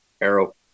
arrow